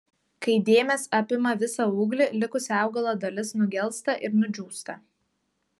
kai dėmės apima visą ūglį likusi augalo dalis nugelsta ir nudžiūsta